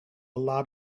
lot